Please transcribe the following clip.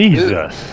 Jesus